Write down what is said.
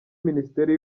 minisiteri